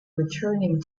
returning